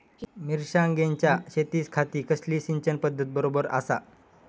मिर्षागेंच्या शेतीखाती कसली सिंचन पध्दत बरोबर आसा?